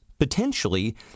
potentially